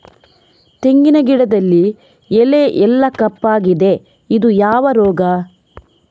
ತೆಂಗಿನ ಗಿಡದಲ್ಲಿ ಎಲೆ ಎಲ್ಲಾ ಕಪ್ಪಾಗಿದೆ ಇದು ಯಾವ ರೋಗ?